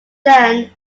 then